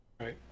Right